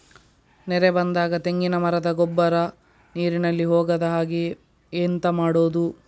ನೆರೆ ಬಂದಾಗ ತೆಂಗಿನ ಮರದ ಗೊಬ್ಬರ ನೀರಿನಲ್ಲಿ ಹೋಗದ ಹಾಗೆ ಎಂತ ಮಾಡೋದು?